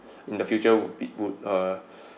in the future would be would uh